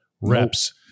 reps